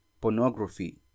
pornography